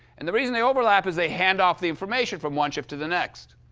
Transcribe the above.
and the reason they overlap is, they hand off the information from one shift to the next.